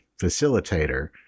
facilitator